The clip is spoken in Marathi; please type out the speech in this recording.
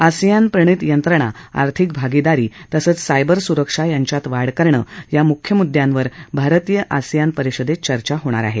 आसियान प्रणित यंत्रणा आर्थिक भागीदारी तसंच सायबर सुरक्षा यांच्यात वाढ करणे या मुख्य मुद्यांवर भारतीय आसियान परिषदेत चर्चा होणार आहे